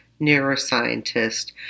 neuroscientist